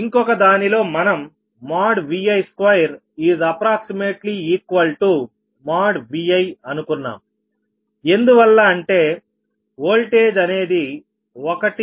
ఇంకొక దానిలో మనం Vi2≅|Vi| అనుకున్నాం ఎందువల్ల అంటే ఓల్టేజ్ అనేది 1 p